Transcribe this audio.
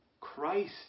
Christ